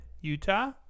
Utah